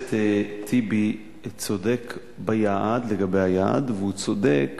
הכנסת טיבי צודק לגבי היעד והוא צודק